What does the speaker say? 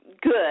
good